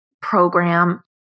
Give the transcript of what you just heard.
program